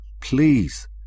please